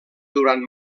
durant